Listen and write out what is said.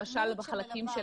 מי הדמות שמלווה את